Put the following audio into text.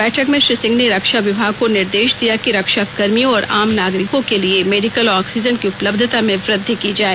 बैठक में श्री सिंह ने रक्षा विभाग को निर्देश दिया कि रक्षाकर्मियों और आम नागरिकों के लिए मेडिकल ऑक्सीजन की उपलब्धता में वृद्धि की जाए